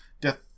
death